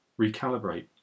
recalibrate